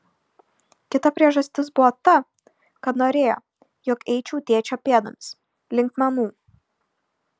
kita priežastis buvo ta kad norėjo jog eičiau tėčio pėdomis link menų